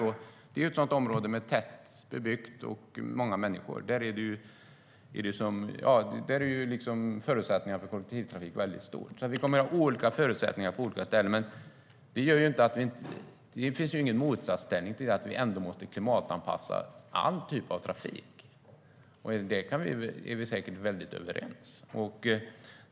I tätbebyggda områden med många människor är förutsättningarna för kollektivtrafik väldigt stora. Vi kommer att ha olika förutsättningar på olika ställen. Men det finns ingen motsatsställning till att vi måste klimatanpassa all typ av trafik. Där är vi säkert väldigt överens.